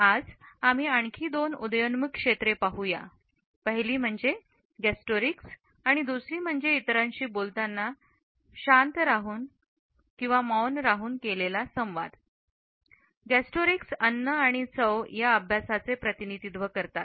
आज आम्ही आणखी दोन उदयोन्मुख क्षेत्रे पाहूया पहिली म्हणजे गस्टोरिक्स आणि दुसरे म्हणजे इतरांशी बोलताना शांत राहून केलेला संवाद अर्थात मौन गस्टोरिक्स अन्न आणि चव या अभ्यासाचे प्रतिनिधित्व करतात